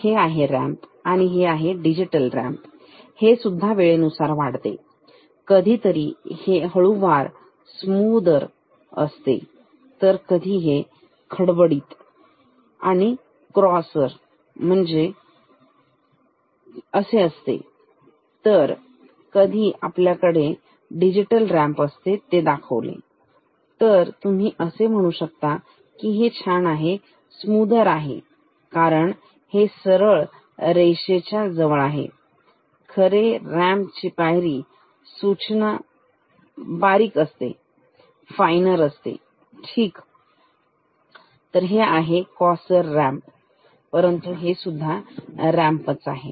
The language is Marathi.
तर हे आहे रॅम्प आणि हे आहे डिजिटल रॅम्प हे सुद्धा वेळेनुसार वाढते कधीतरी हे हळुवार नितळ स्मूदर पण असते कधी हे खडबडीत असते कॉसर असते तर कधी आपल्याकडे डिजिटल रॅम्प असते ते दाखवले तर तुम्ही म्हणू शकता हे छान आहे हे स्मूदर आहे कारण हे सरळ रेषेच्या जवळ आहे खरे रॅम्प ची पायरी बारीक असते फायनर असतात ठीक आणि हे कॉसर रॅम्प परंतु हे सुद्धा रॅम्प आहे